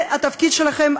זה התפקיד שלכם.